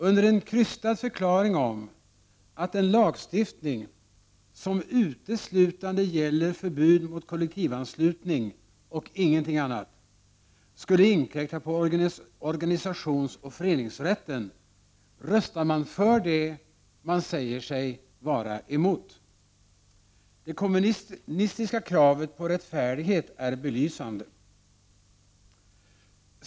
Under en krystad förklaring om att en lagstiftning, som uteslutande gäller förbud mot kollektivanslutning och ingenting annat, skulle inkräkta på organisationsoch föreningsrätten röstar man för det man säger sig vara emot. Det kommunistiska kravet på rättfärdighet är belysande.